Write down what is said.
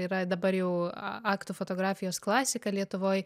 yra dabar jau aktų fotografijos klasika lietuvoj